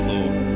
Lord